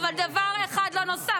אבל דבר אחד לא נוסף.